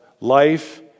life